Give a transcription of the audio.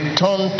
turn